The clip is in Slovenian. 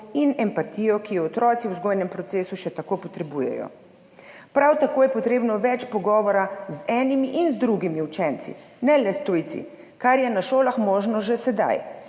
in empatijo, ki jo otroci v vzgojnem procesu še tako potrebujejo. Prav tako je potrebno več pogovora z enimi in z drugimi učenci, ne le s tujci, kar je na šolah možno že sedaj,